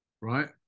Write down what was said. right